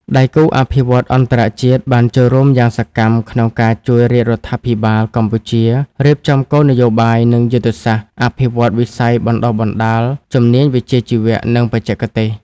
ដៃគូអភិវឌ្ឍន៍អន្តរជាតិបានចូលរួមយ៉ាងសកម្មក្នុងការជួយរាជរដ្ឋាភិបាលកម្ពុជារៀបចំគោលនយោបាយ និងយុទ្ធសាស្ត្រអភិវឌ្ឍន៍វិស័យបណ្តុះបណ្តាលជំនាញវិជ្ជាជីវៈ និងបច្ចេកទេស។